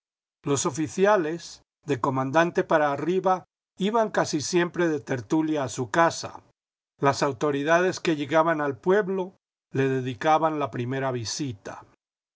los oficiales de comandante para arriba iban casi siempre de tertulia a su casa las autoridades que llegaban al pueblo le dedicaban la primera visita